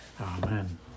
Amen